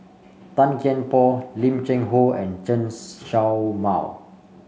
Tan Kian Por Lim Cheng Hoe and Chen Show Mao